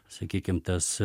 sakykim tas